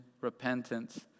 repentance